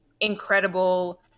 incredible